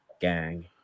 Gang